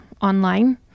online